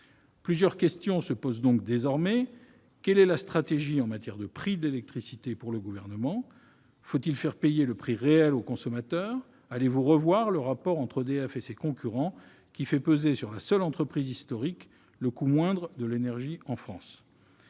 Plusieurs questions se posent donc désormais. Quelle est la stratégie du Gouvernement en matière de prix de l'électricité ? Faut-il faire payer le prix réel au consommateur ? Allez-vous revoir le rapport entre EDF et ses concurrents, qui fait peser sur la seule entreprise historique le coût moindre de l'énergie en France ?